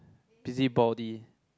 busybody